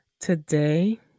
Today